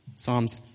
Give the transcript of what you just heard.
Psalms